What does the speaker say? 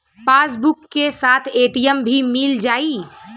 Passbook के साथ ATM भी मील जाई?